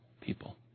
people